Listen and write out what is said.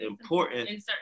important